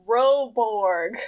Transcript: Roborg